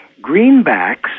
Greenbacks